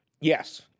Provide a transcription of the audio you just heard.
yes